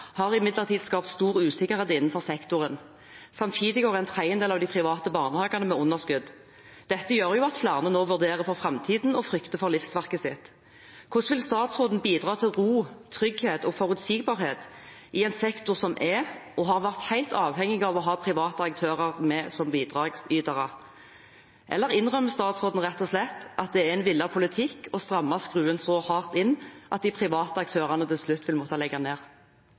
har imidlertid skapt stor usikkerhet innenfor sektoren. Samtidig går en tredjedel av de private barnehagene med underskudd. Dette gjør at flere nå vurderer framtiden og frykter for livsverket sitt. Hvordan vil statsråden bidra til ro, trygghet og forutsigbarhet i en sektor som er – og har vært – helt avhengig av å ha private aktører med som bidragsytere? Eller innrømmer statsråden rett og slett at det er en villet politikk å stramme skruen så hardt til at de private aktørene til slutt vil måtte legge ned?